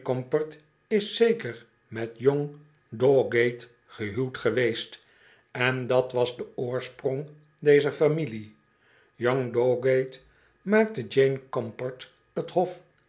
is zeker met young dowgate gehuwd geweest en dat was de oorsprong dezer familie young dowgate maakte jane cornport t hof